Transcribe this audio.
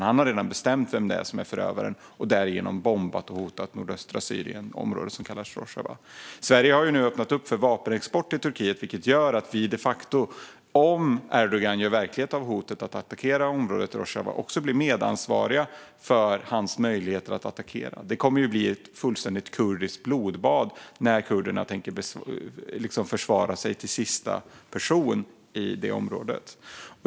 Han har redan bestämt vem det är som är förövaren och därigenom bombat och hotat nordöstra Syrien, ett område som kallas för Rojava. Sverige har nu öppnat för vapenexport till Turkiet. Det gör att vi de facto, om Erdogan gör verklighet av hotet att attackera området Rojava, också blir medansvariga för hans möjligheter att attackera. Det kommer att bli ett fullständigt kurdiskt blodbad när kurderna tänker försvara sig till sista person i det området.